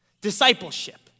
discipleship